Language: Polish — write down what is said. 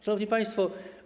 Szanowni Państwo!